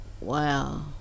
wow